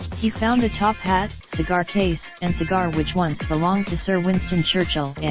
he found a top hat, cigar case and cigar which once belonged to sir winston churchill.